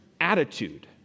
attitude